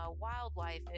wildlife